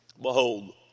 Behold